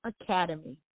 Academy